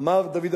אמר דוד המלך: